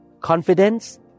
confidence